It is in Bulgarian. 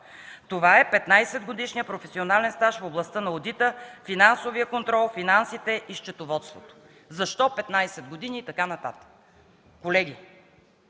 палата – 15-годишният професионален стаж в областта на одита, финансовия контрол, финансите и счетоводството.” Защо 15 години и така нататък. Колеги,